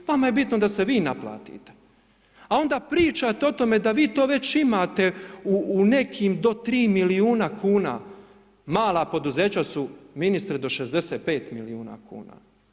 Vama je bitno da se vi naplatite a onda pričate o tome da vi to već imate u nekim do 3 milijuna kuna, mala poduzeća su ministre do 65 milijuna kuna.